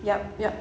yup yup